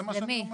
זה מה שזה אומר.